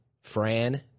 Fran